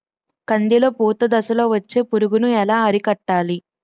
కందిలో పూత దశలో వచ్చే పురుగును ఎలా అరికట్టాలి?